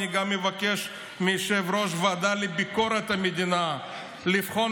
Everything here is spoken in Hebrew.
אני גם אבקש מיושב-ראש הוועדה לביקורת המדינה לבחון